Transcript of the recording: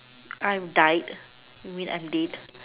I'm died I mean I'm dead